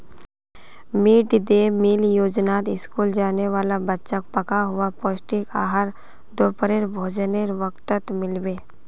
mid day meal योजनात school जाने वाला बच्चाक पका हुआ पौष्टिक आहार दोपहरेर भोजनेर वक़्तत मिल बे